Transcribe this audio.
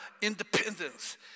independence